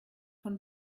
von